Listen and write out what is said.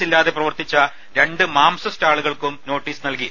കാലാം ഇല്ലാതെ പ്രവർത്തിച്ച രണ്ട് മാംസ സ്റ്റാളുകൾക്കും നോട്ടീസ് നൽകി